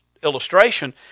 illustration